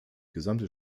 gesamte